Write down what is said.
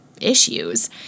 issues